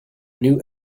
new